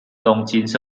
东京